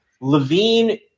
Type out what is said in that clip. Levine